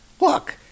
Look